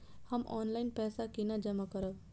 हम ऑनलाइन पैसा केना जमा करब?